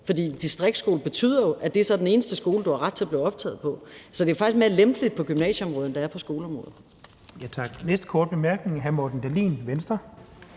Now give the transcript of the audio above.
fordi distriktsskole jo betyder, at det så er den eneste skole, du har ret til at blive optaget på. Så det er jo faktisk mere lempeligt på gymnasieområdet, end det er på skoleområdet.